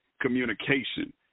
communication